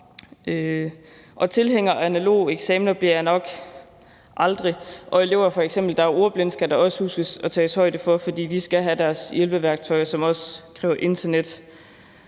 Tilhænger af analoge eksamener bliver jeg nok aldrig. Elever, der er ordblinde f.eks., skal man også huske at tage højde for, for de skal have deres hjælpeværktøjer, som også kræver internet,